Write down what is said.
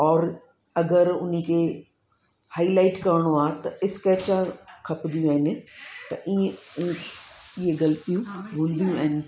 और अगरि उन्ही के हाई लाइट करिणो आहे त स्केच खपदियूं आहिनि त ईअं ईअं ग़ल्तियूं हूंदियूं आहिनि